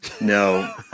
No